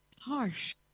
harsh